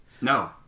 No